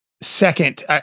second